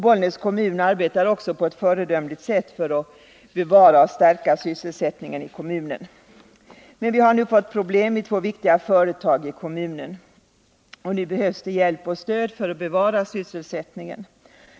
Bollnäs kommun arbetar också på ett föredömligt sätt för att bevara och stärka sysselsättningen i kommunen. Men nu har vi fått problem i två viktiga företag i kommunen, och det behövs hjälp och stöd för att bevara sysselsättningen.